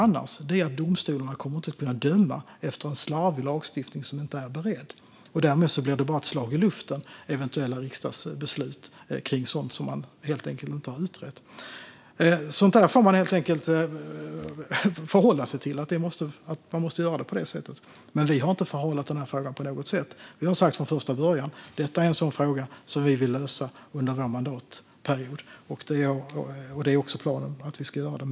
Jo, det är att domstolarna inte kommer att kunna döma efter en slarvigt utförd lagstiftning som inte är beredd. Därmed blir eventuella riksdagsbeslut kring sådant som inte har utretts bara ett slag i luften. Man måste helt enkelt förhålla sig till att man måste göra på detta sätt. Men vi har inte förhalat denna fråga på något sätt. Vi har från första början sagt att detta är en sådan fråga som vi vill lösa under denna mandatperiod. Det är också planen att vi ska göra det.